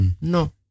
No